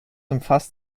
umfasst